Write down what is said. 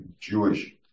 Jewish